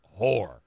whore